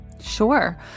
Sure